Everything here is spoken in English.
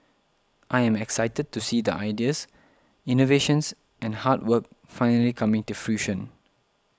I am excited to see the ideas innovations and hard work finally coming to fruition